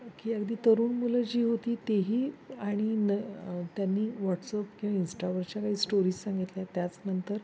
की अगदी तरुण मुलं जी होती ती ही आणि न त्यांनी व्हॉट्सअप किंवा इंस्टावरच्या काही स्टोरीज सांगितल्या त्याचनंतर